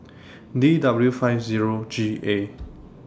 D W five Zero G A